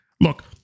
Look